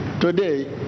Today